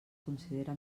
considera